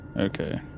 Okay